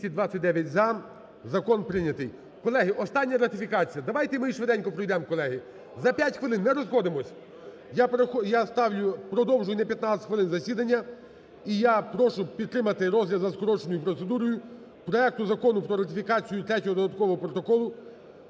Закон прийнятий. Колеги, остання ратифікація. Давайте ми її швиденько пройдемо, колеги, за 5 хвилин, не розходимось. Я ставлю… Продовжую на 15 хвилин засідання, і я прошу підтримати розгляд за скороченою процедурою проекту Закону про ратифікацію Третього додаткового протоколу